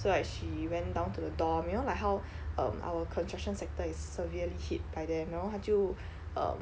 so like she went down to the dorm you know like how um our construction sector is severely hit by then 然后她就 um